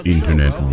Internet